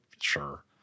Sure